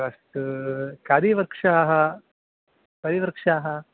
अस्तु कति वृक्षाः कति वृक्षाः